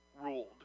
ruled